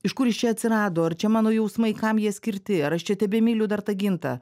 iš kur jis čia atsirado ar čia mano jausmai kam jie skirti ar aš čia tebemyliu dar tą gintą